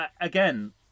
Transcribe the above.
again